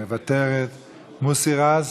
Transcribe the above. מוותרת, מוסי רז,